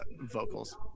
vocals